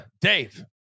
Dave